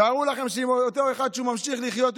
תארו לכם שאם אותו אחד ממשיך לחיות,